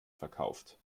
verkauft